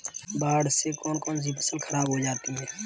बाढ़ से कौन कौन सी फसल खराब हो जाती है?